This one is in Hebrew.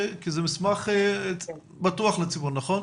כי זה מסמך פתוח לציבור, נכון?